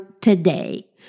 today